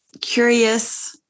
curious